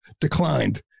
declined